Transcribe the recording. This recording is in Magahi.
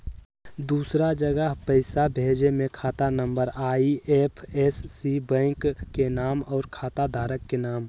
दूसरा जगह पईसा भेजे में खाता नं, आई.एफ.एस.सी, बैंक के नाम, और खाता धारक के नाम?